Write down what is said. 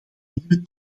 nieuwe